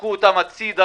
דחקו אותם הצדה,